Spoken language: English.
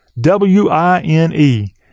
W-I-N-E